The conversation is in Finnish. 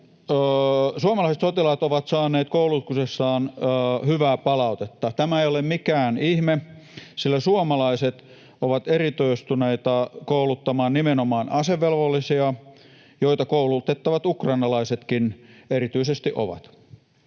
Suomalaiset sotilaat ovat saaneet koulutuksestaan hyvää palautetta. Tämä ei ole mikään ihme, sillä suomalaiset ovat erikoistuneita kouluttamaan nimenomaan asevelvollisia, joita koulutettavat ukrainalaisetkin erityisesti ovat.